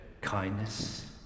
kindness